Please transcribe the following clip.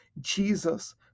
Jesus